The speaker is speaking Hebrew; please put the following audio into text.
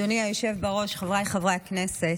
אדוני היושב בראש, חבריי חברי הכנסת,